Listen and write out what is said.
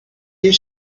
you